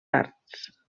parts